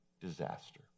disaster